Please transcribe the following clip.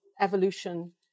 evolution